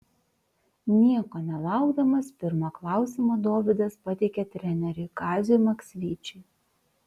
nieko nelaukdamas pirmą klausimą dovydas pateikė treneriui kaziui maksvyčiui